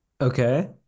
Okay